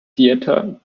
theatre